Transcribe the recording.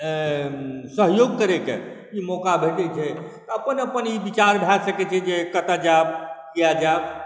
सहयोग करैके ई मौका भेटैत छै अपन अपन ई विचार भए सकैत छै जे कतय जायब किया जायब